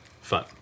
Fun